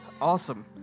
Awesome